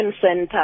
center